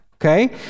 Okay